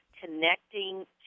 connecting